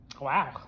Wow